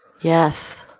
Yes